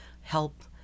help